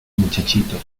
muchachitos